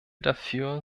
dafür